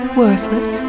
worthless